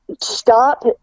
stop